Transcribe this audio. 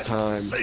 time